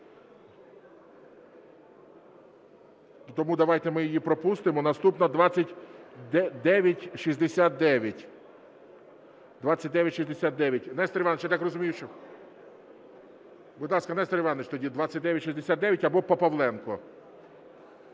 Тому давайте ми її пропустимо. Наступна 2969. Нестор Іванович, я так розумію, що… Будь ласка, Нестор Іванович, тоді 2969, або Павленко.